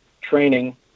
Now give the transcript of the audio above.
training